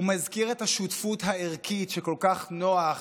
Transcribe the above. הוא מזכיר את השותפות הערכית שכל כך נוח